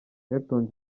elton